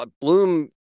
Bloom